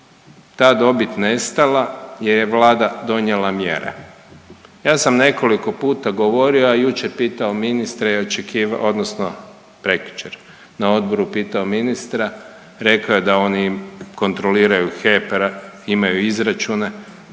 ta dobit nestala jer je Vlada donijela mjere. Ja sam nekoliko puta govorio, a i jučer pitao ministara i očeki…, odnosno prekjučer na odboru pitao ministra, rekao je da oni kontroliraju HEP, imaju izračune.